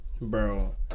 Bro